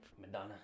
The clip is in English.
Madonna